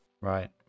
right